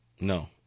No